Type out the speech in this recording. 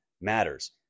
matters